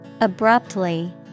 Abruptly